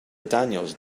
daniels